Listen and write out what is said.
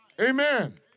Amen